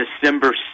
December